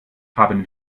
haben